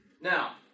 Now